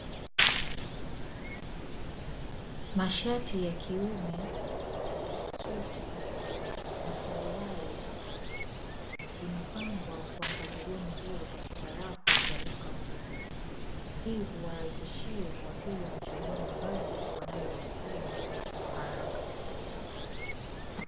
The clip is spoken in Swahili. Mashati ya kiume, suti na suruali, zimepangwa kwa mpangilio mzuri katika rafu za duka kubwa. Hii huwarahisishia wateja kuchagua mavazi wanayohitaji kwa haraka.